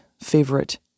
favorite